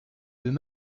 deux